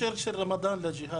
מה הקשר של רמדאן לג'יהאד?